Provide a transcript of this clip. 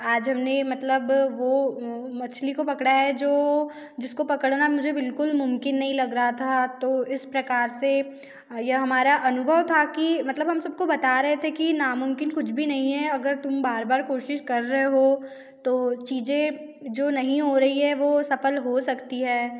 आज हम ने मतलब वो मछली को पकड़ा है जो जिसको पकड़ना मुझे बिल्कुल मुमकिन नहीं लग रहा था तो इस प्रकार से यह हमारा अनुभव था कि मतलब हम सब को बता रहे थे कि नामुमकिन कुछ भी नहीं है अगर तुम बार बार कोशिश कर रहे हो तो चीज़े जो नहीं है वो सफल हो सकती है